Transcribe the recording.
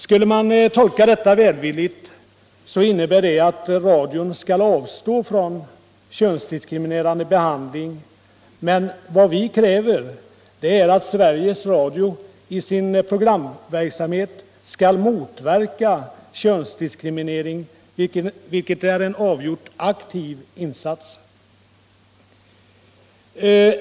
Om jag tolkar detta välvilligt, så innebär det att radion skall avstå från könsdiskriminerande behandling. Men vad vi kräver är att Sveriges Radio i sin programverksamhet skall motverka könsdiskriminering, vilket är en avgjort aktiv insats.